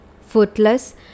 Footless